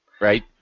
right